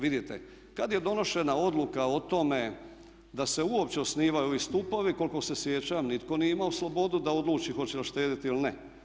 Vidite kada je donošena odluka o tome da se uopće osnivaju ovi stupovi koliko se sjećam nitko nije imao slobodu da odluči hoće li štediti ili ne.